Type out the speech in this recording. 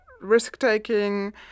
risk-taking